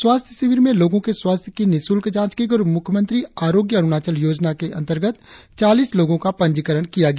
स्वास्थ्य शिविर में लोगो के स्वास्थ्य की निशुल्क जाच की गयी और मुख्यमंत्री आरोग्य अरुणाचल योजना के अंतर्गत चालीस लोगो का पंजीकरण किया गया